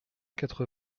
quatre